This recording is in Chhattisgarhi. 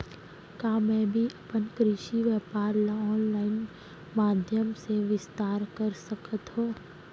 का मैं भी अपन कृषि व्यापार ल ऑनलाइन माधयम से विस्तार कर सकत हो?